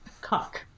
cock